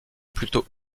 plutôt